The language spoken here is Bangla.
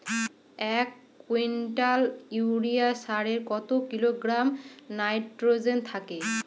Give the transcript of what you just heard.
এক কুইন্টাল ইউরিয়া সারে কত কিলোগ্রাম নাইট্রোজেন থাকে?